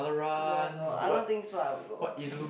no loh I don't think so I'll go